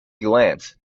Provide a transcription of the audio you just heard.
glance